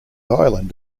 island